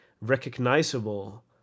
recognizable